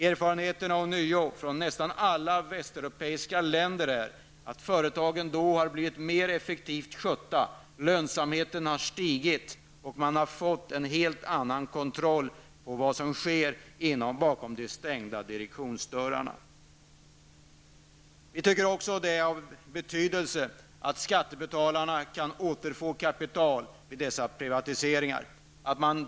Erfarenheterna från nästan alla västeuropeiska länder visar ånyo att företagen då har blivit mer effektivt skötta, lönsamheten har stigit och man har fått en helt annan kontroll på vad som sker bakom de stängda direktionsdörrarna. Vi tycker också att det har betydelse att skattebetalarna kan återfå kapital vid dessa privatiseringar.